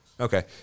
Okay